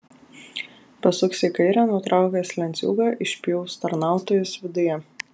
pasuksi į kairę nutraukęs lenciūgą išpjaus tarnautojus viduje